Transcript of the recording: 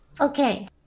Okay